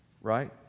right